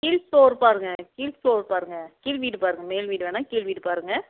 கீழ் ஃப்ளோர் பாருங்கள் கீழ் ஃப்ளோர் பாருங்கள் கீழ் வீடு பாருங்கள் மேல் வீடு வேணாம் கீழ் வீடு பாருங்கள்